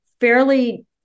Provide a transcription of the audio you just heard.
fairly